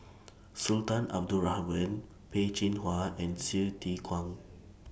Sultan Abdul Rahman Peh Chin Hua and Hsu Tse Kwang